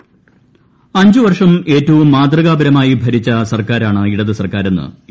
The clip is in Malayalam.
വിജയരാഘവൻ അഞ്ച് വർഷം ഏറ്റവും മാത്യകാ പർമായി ഭരിച്ച സർക്കാരാണ് ഇടത് സർക്കാരെന്ന് എ